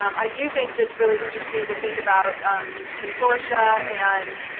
um i do think it's really interesting to think about consortia and,